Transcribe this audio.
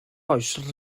oes